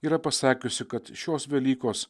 yra pasakiusi kad šios velykos